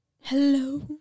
Hello